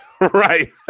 right